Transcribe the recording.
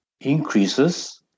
increases